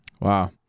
Wow